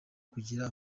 kugira